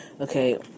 Okay